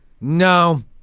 no